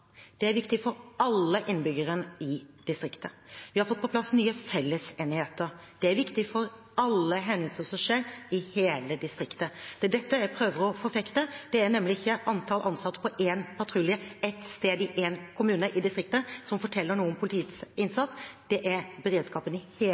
Det er viktig for alle innbyggerne i distriktet. Vi har fått på plass nye fellesenheter – det er viktig for alle hendelser som skjer i hele distriktet. Det er dette jeg prøver å forfekte. Det er nemlig ikke antall ansatte på én patrulje ett sted i én kommune i distriktet som forteller noe om politiets